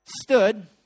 stood